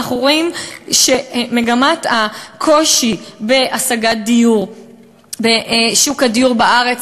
אנחנו רואים שמגמת הקושי בהשגת דיור בשוק הדיור בארץ,